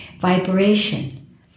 vibration